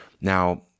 now